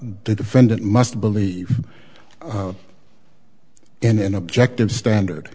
the defendant must believe in an objective standard